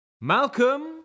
Malcolm